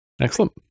Excellent